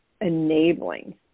enabling